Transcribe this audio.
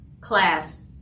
class